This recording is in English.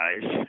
Guys